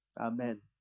Amen